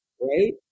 Right